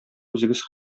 үзегез